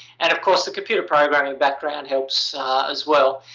and of course, the computer programming background helps as well.